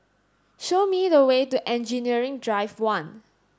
show me the way to Engineering Drive One